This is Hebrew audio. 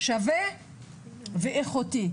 שווה ואיכותי.